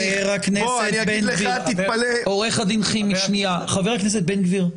אני אגיד לך --- חבר הכנסת בן גביר,